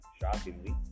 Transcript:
shockingly